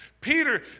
Peter